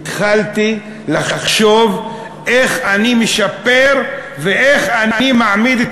התחלתי לחשוב איך אני משפר ואיך אני מעמיד את